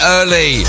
Early